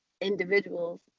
individuals